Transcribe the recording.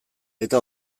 eta